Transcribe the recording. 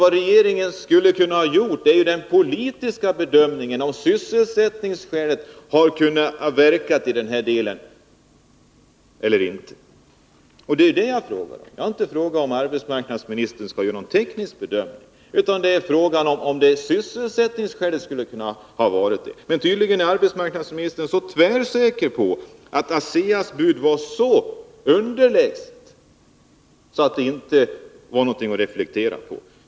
Vad regeringen emellertid skulle ha kunnat göra är ju den politiska bedömningen, om sysselsättningsskälet hade kunnat verka i det här fallet eller inte. Det är ju det jag frågar om. Jag har inte frågat om arbetsmarknadsministern skall göra någon teknisk bedömning. Men tydligen är arbetsmarknadsministern tvärsäker på att ASEA:s bud var så underlägset att det inte var någonting att reflektera på.